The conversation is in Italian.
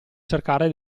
cercare